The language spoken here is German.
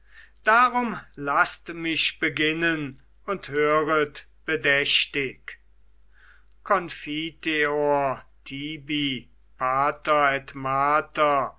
darum laßt mich beginnen und höret bedächtig confiteor